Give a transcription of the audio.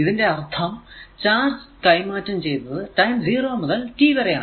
ഇതിന്റെ അർഥം ചാർജ് കൈമാറ്റം ചെയ്യുന്നത് ടൈം 0 മുതൽ t വരെയാണ്